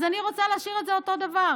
אז אני רוצה להשאיר את זה אותו הדבר.